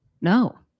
No